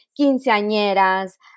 quinceañeras